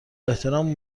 احترام